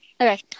Okay